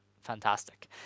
fantastic